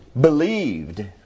believed